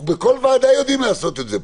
בכל ועדה יודעים לעשות את זה.